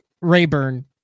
Rayburn